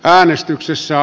äänestyksissä